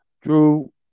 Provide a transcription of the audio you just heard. Drew